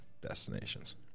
destinations